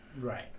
Right